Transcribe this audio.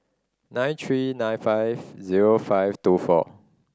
nine three nine five zero five two four